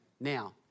Now